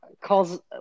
calls